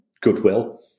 goodwill